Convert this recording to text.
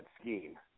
scheme